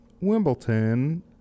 Wimbledon